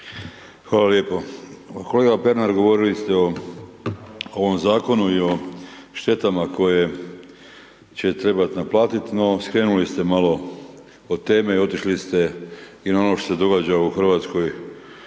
Hvala lijepo. Kolega Pernar govorili ste o ovom zakonu i o štetama koje će trebati naplatiti, no skrenuli ste malo od teme i otišli ste i na ono što se događa u Hrvatskoj